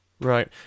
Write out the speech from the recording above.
Right